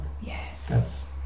Yes